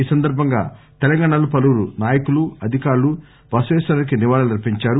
ఈ సందర్బంగా తెలంగాణలో పలువురు నాయకులు అధికారులు బసవేశ్వరునికి నివాళులర్పించారు